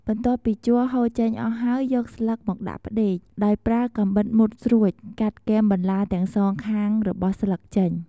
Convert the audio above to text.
បន្ទាប់ពីជ័រហូរចេញអស់ហើយ យកស្លឹកមកដាក់ផ្ដេក ដោយប្រើកាំបិតមុតស្រួចកាត់គែមបន្លាទាំងសងខាងរបស់ស្លឹកចេញ។